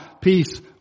peace